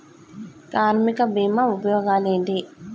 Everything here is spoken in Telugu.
కార్మిక బీమా ఉపయోగాలేంటి?